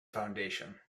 foundation